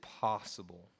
possible